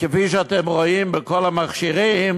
וכפי שאתם רואים בכל המכשירים,